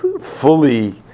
fully